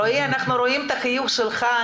רועי אנחנו רואים את החיוך שלך,